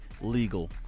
legal